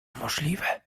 możliwe